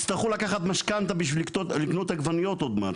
אתם צריכים להבין שיצטרכו לקחת משכנתא בשביל לקנות עגבניות עוד מעט,